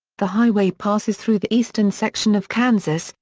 the highway passes through the eastern section of kansas,